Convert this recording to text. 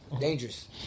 Dangerous